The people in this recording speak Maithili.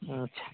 अच्छा